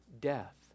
death